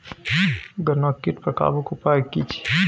गन्ना के कीट पर काबू के उपाय की छिये?